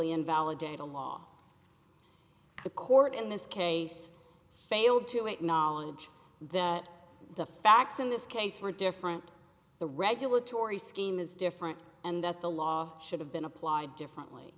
invalidate a law the court in this case failed to acknowledge that the facts in this case were different the regulatory scheme is different and that the law should have been applied differently